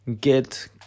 get